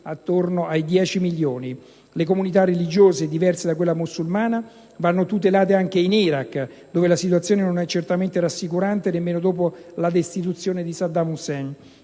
intorno ai dieci milioni. Le comunità religiose diverse da quella musulmana vanno tutelate anche in Iraq, dove la situazione non è certamente rassicurante nemmeno dopo la destituzione di Saddam Hussein.